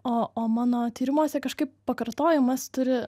o o mano tyrimuose kažkaip pakartojimas turi